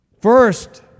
first